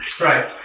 right